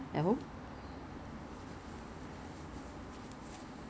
err my mum and my brother is at the other room